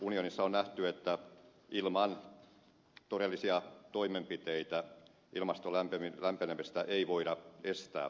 unionissa on nähty että ilman todellisia toimenpiteitä ilmaston lämpenemistä ei voida estää